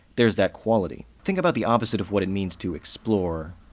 there's that quality. think about the opposite of what it means to explore,